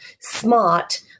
smart